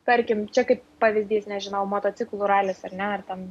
tarkim čia kaip pavyzdys nežinau motociklų ralis ar ne ar ten